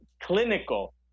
clinical